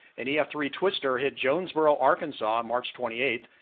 an e f three twister hit jonesboro arkansas, march twenty eighth.